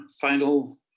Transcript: final